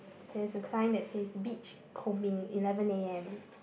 there is a sign that says beach combing eleven A_M